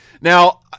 Now